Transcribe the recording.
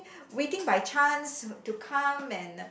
waiting by chance to come and